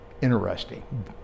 Interesting